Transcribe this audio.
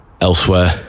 Elsewhere